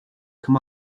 come